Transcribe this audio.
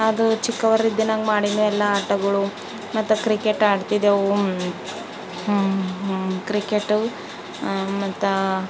ಅದು ಚಿಕ್ಕವರದ್ದು ನಂಗೆ ಮಾಡಿ ಮೇಲೆ ಆಟಗಳು ಮತ್ತೆ ಕ್ರಿಕೆಟ್ ಆಡ್ತಿದ್ದೆವು ಕ್ರಿಕೆಟ್ ಮತ್ತೆ